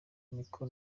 niko